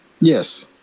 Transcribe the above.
Yes